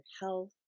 health